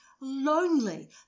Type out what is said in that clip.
lonely